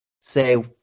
say